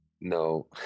No